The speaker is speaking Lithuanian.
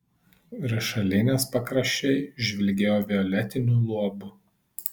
rašalinės pakraščiai žvilgėjo violetiniu luobu